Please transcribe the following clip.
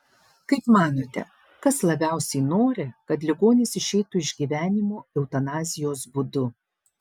kaip manote kas labiausiai nori kad ligonis išeitų iš gyvenimo eutanazijos būdu